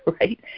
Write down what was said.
right